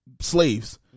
slaves